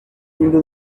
into